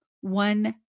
one